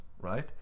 right